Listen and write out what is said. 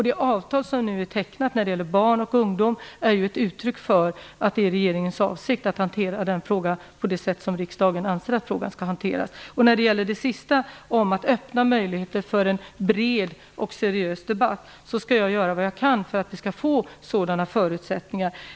Det avtal som nu är tecknat när det gäller barn och ungdom är ett uttryck för att det är regeringens avsikt att hantera den frågan på det sätt som riksdagen anser att frågan skall hanteras på. När det gäller att öppna möjligheter för en bred och seriös debatt skall jag göra vad jag kan för att vi skall få sådana förutsättningar.